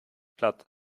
platt